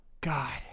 God